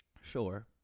Sure